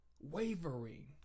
wavering